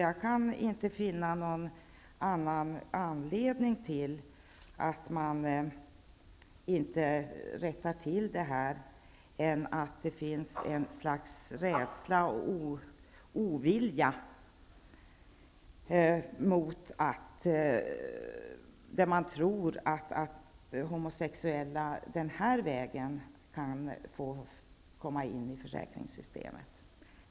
Jag kan inte finna någon annan anledning till att man inte rättar till detta än att det finns ett slags rädsla för och ovilja mot att homosexuella den här vägen skall kunna komma in i försäkringssystemet.